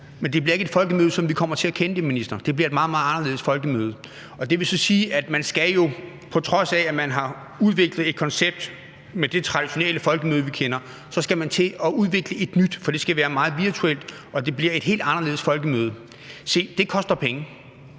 Men det bliver ikke Folkemødet, som vi kender det, minister. Det bliver et meget, meget anderledes Folkemødet. Det vil så sige, at man jo – på trods af at man har udviklet et koncept med det traditionelle Folkemødet, vi kender – skal til at udvikle et nyt. For det skal være meget virtuelt; det bliver et helt anderledes Folkemødet. Se, det koster penge,